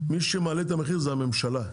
מי שמעלה את המחיר זה הממשלה.